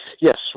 Yes